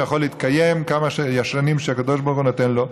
הוא יכול להתקיים כמה שנים שהקדוש ברוך הוא נותן לו.